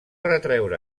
retreure